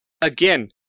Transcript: again